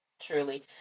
truly